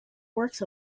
works